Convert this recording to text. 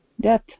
death